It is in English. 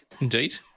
indeed